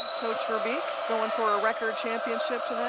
coach veerbeek going for a record championship